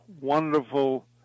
wonderful